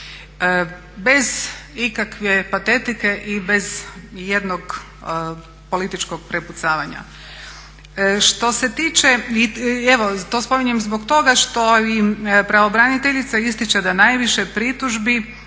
Bez ikakve patetike i bez ijednog političkog prepucavanja. Što se tiče, evo to spominjem zbog toga što im pravobraniteljica ističe da najviše pritužbi